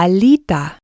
Alita